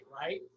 right